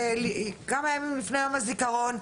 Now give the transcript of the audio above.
כמה ימים לפני יום הזיכרון,